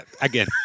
again